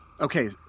Okay